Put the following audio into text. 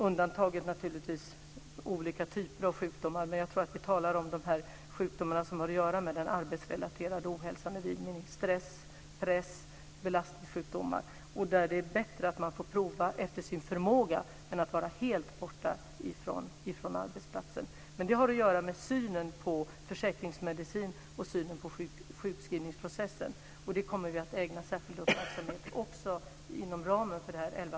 Undantaget är naturligtvis olika typer av sjukdomar, men jag tror att vi talar om människor med sjukdomar som har att göra med den arbetsrelaterade ohälsan i vid mening, som stress, press och belastningssjukdomar. För dem är det bättre att få prova att arbeta efter sin förmåga än att vara helt borta från arbetsplatsen. Men detta har att göra med synen på försäkringsmedicin och synen på sjukskrivningsprocessen. Detta kommer vi också att ägna särskild uppmärksamhet inom ramen för 11